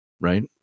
right